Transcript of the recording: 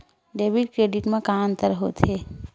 Debit credit मा का अंतर होत हे?